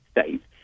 states